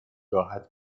راحت